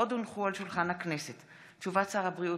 עוד הונחו על שולחן הכנסת הודעותיו של שר הבריאות